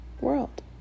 World